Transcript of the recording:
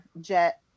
jet